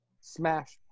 smash